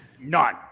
None